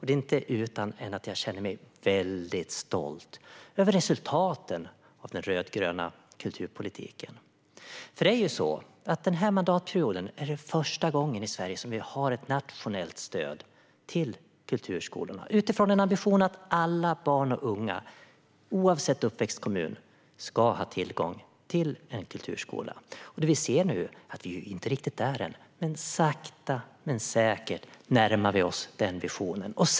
Det är inte utan att jag känner mig väldigt stolt över resultaten av den rödgröna kulturpolitiken. Denna mandatperiod är första gången i Sverige som vi har ett nationellt stöd till kulturskolorna utifrån en ambition att alla barn och unga, oavsett uppväxtkommun, ska ha tillgång till en kulturskola. Vi ser att vi inte är riktigt där än, men sakta men säkert närmar vi oss den visionen.